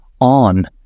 on